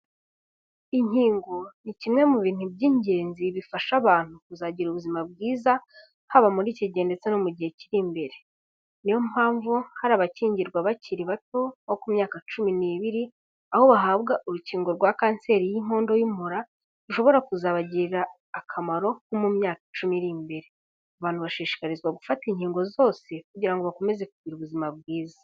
Inkingo ni kimwe mu bintu by'ingenzi bifasha abantu kuzagira ubuzima bwiza, haba muri iki gihe ndetse no mu gihe kiri imbere, niyo mpamvu hari abakingirwa bakiri bato, nko ku myaka cumi n'ibiri, aho bahabwa urukingo rwa kanseri y'inkondo y'umura, rushobora kuzabagirira akamaro nko mu myaka cumi iri imbere, abantu bashishikarizwa gufata inkingo zose kugira ngo bakomeze kugira ubuzima bwiza.